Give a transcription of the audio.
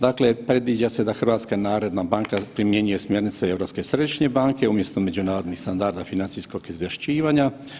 Dakle, predviđa se da HNB primjenjuje smjernice Europske središnje banke umjesto međunarodnih standarda financijskog izvješćivanja.